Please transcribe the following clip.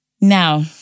Now